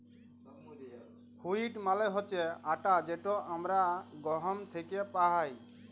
wheat মালে হছে আটা যেট আমরা গহম থ্যাকে পাই